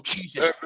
Jesus